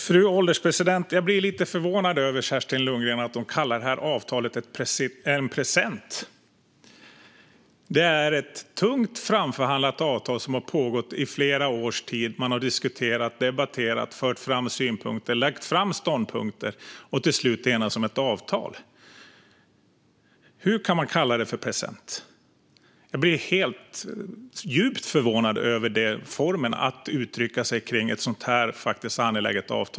Fru ålderspresident! Jag blir lite förvånad över att Kerstin Lundgren kallar avtalet en present. Det har föregåtts av tunga förhandlingar i flera års tid. Man har diskuterat, debatterat, fört fram synpunkter, lagt fram ståndpunkter och till slut enats om ett avtal. Hur kan man kalla det en present? Jag blir djupt förvånad över det sättet att uttrycka sig om ett så angeläget avtal.